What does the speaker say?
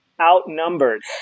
outnumbered